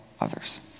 others